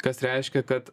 kas reiškia kad